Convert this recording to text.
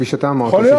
כפי שאתה אמרת,